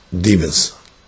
demons